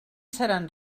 seran